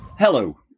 Hello